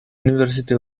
university